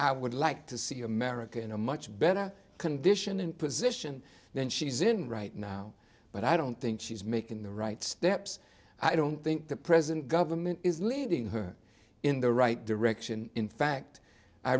i would like to see america in a much better condition and position then she's in right now but i don't think she's making the right steps i don't think the present government is leading her in the right direction in fact i